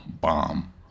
bomb